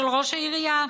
של ראש העירייה,